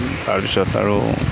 তাৰ পিছত আৰু